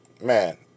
Man